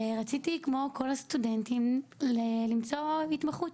ורציתי כמו כל הסטודנטים למצוא התמחות,